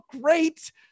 great